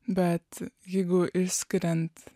bet jeigu išskiriant